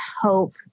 hope